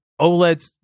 oleds